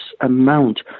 amount